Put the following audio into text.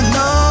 no